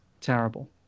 terrible